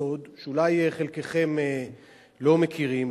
סוד שאולי חלקכם לא מכירים,